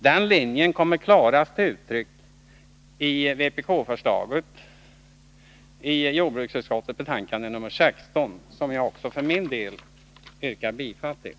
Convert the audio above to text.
Den linjen kommer klarast till uttryck i vpk-förslaget i jordbruksutskottets betänkande nr 16, som jag för min del också yrkar bifall till.